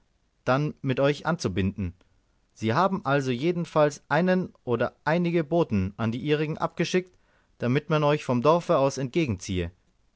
dann mit euch anzubinden sie haben also jedenfalls einen oder einige boten an die ihrigen abgeschickt damit man euch vom dorfe aus entgegenziehe